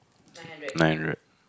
nine hundred